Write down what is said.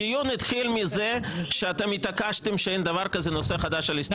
התחיל מזה שאתם התעקשתם שאין דבר כזה נושא חדש על הסתייגויות.